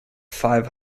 five